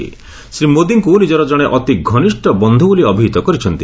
ସେ ଶ୍ରୀ ମୋଦିଙ୍କୁ ନିଜର ଜଣେ ଅତି ଘନିଷ୍ଠ ବନ୍ଧୁ ବୋଲି ଅଭିହିତ କରିଛନ୍ତି